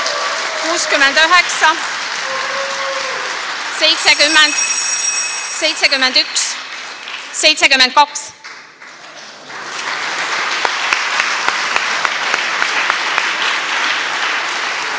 70, 71, 72.